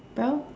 bro